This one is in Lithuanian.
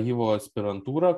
yvo aspirantūra